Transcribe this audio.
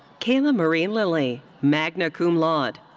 kayla marie lilly, magna cum laude.